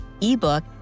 ebook